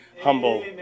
humble